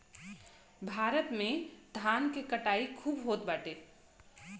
भारत में धान के कटाई खूब होत बाटे